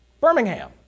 Birmingham